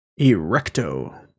Erecto